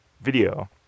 video